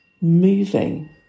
moving